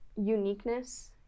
uniqueness